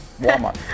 Walmart